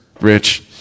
Rich